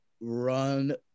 run